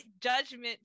judgment